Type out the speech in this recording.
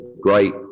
great